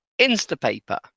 Instapaper